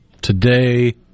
today